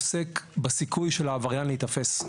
עוסק בסיכוי של העבריין להיתפס.